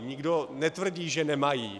Nikdo netvrdí, že nemají.